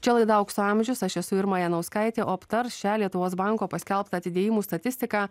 čia laida aukso amžius aš esu irma janauskaitė o aptars šią lietuvos banko paskelbtą atidėjimų statistiką